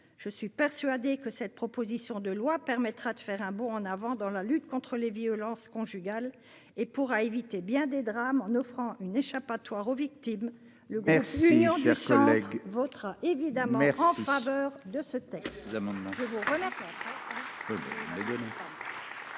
Je suis persuadée que cette proposition de loi permettra de réaliser un bond en avant dans la lutte contre les violences conjugales et pourra éviter bien des drames en offrant une échappatoire aux victimes. Il faut conclure, ma chère collègue. Le groupe Union Centriste votera évidemment en faveur de ce texte.